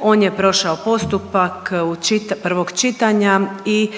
On je prošao postupak prvog čitanja i